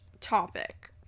topic